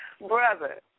Brother